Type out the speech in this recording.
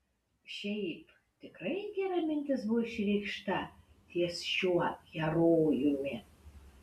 šiaip tikrai gera mintis buvo išreikšta ties šiuo herojumi